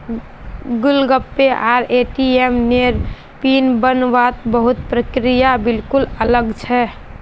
Google Pay आर ATM नेर PIN बन वात बहुत प्रक्रिया बिल्कुल अलग छे